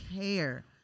care